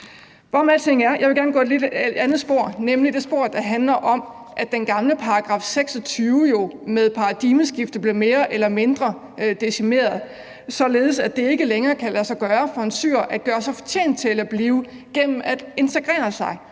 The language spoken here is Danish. jeg gerne ind på et andet spor, nemlig det spor, der handler om, at den gamle § 26 jo med paradigmeskiftet blev mere eller mindre decimeret, således at det ikke længere kan lade sig gøre for en syrer at gøre sig fortjent til at blive gennem at integrere sig,